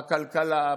בכלכלה,